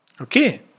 okay